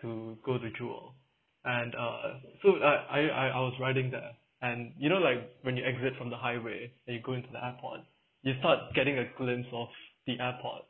to go to jewel and uh so I I I was riding there and you know like when you exit from the highway and you go into the airport you start getting a glimpse of the airport